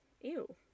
Ew